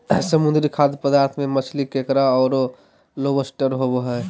समुद्री खाद्य पदार्थ में मछली, केकड़ा औरो लोबस्टर होबो हइ